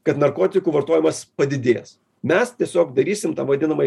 kad narkotikų vartojimas padidės mes tiesiog darysim tą vadinamąjį